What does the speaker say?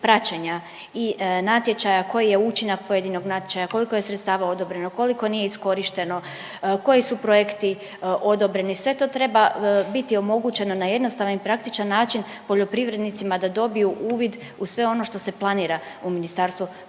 i natječaja koji je učinak pojedinog natječaja, koliko je sredstava odobreno, koliko nije iskorišteno, koji su projekti odobreni. Sve to treba biti omogućeno na jednostavan i praktičan način poljoprivrednicima da dobiju uvid u sve ono što se planira u Ministarstvo poljoprivrede.